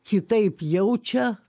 kitaip jaučia